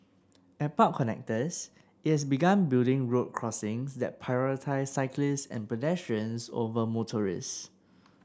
at park connectors it has begun building road crossings that prioritise cyclists and pedestrians over motorists